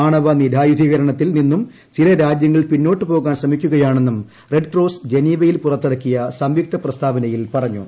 ആണവനിരായുധീകരണത്തിൽ നിന്നും ചില്ലൂരാജ്യങ്ങൾ പിന്നോട്ടു പോകാൻ ശ്രമിക്കുകയാണെന്നും മെഡ്ട്ക്രോസ് ജനീവയിൽ പുറത്തിറക്കിയ സംയുക്തപ്രസ്ത്യാവൻയിൽ പറഞ്ഞു